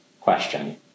question